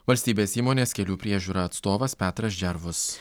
valstybės įmonės kelių priežiūra atstovas petras džervus